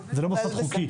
זה לא מוסד חוקי.